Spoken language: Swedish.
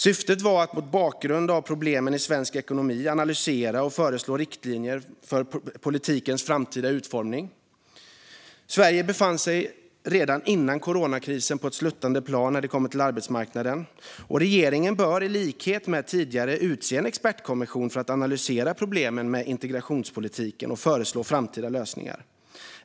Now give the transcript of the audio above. Syftet var att mot bakgrund av problemen i svensk ekonomi analysera och föreslå riktlinjer för politikens framtida utformning. Sverige befann sig redan före coronakrisen på ett sluttande plan när det kommer till arbetsmarknaden, och regeringen bör i likhet med tidigare initiativ utse en expertkommission för att analysera problemen med integrationspolitiken och föreslå framtida lösningar.